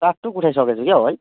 टाकटुक उठाइ सकेछ क्या हो है